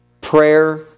Prayer